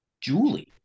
Julie